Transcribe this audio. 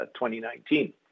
2019